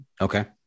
Okay